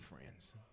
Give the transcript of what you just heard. friends